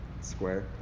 square